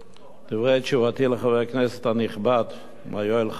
דברי תשובתי לחבר הכנסת הנכבד מר יואל חסון: